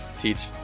teach